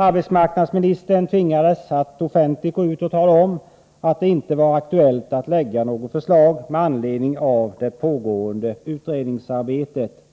Arbetsmarknadsministern tvingades att offentligt gå ut och tala om, att det inte var aktuellt att lägga fram något regeringsförslag med anledning av det pågående utredningsarbetet.